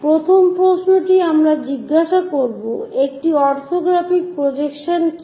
প্রথম প্রশ্নটি আমরা জিজ্ঞাসা করব একটি অরথোগ্রাফিক প্রজেকশন কি